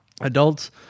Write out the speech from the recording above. adults